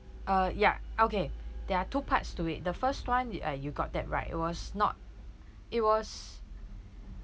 uh ya okay there are two parts to it the first one ya uh you got that right it was not it was